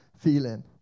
feeling